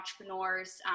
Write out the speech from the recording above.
entrepreneurs